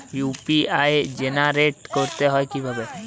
UPI generate করতে হয় কিভাবে?